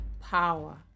power